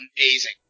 Amazing